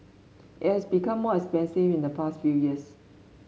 it has become more expensive in the past few years